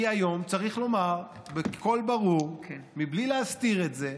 כי היום, צריך לומר בקול ברור בלי להסתיר את זה,